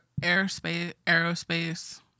Aerospace